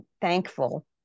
thankful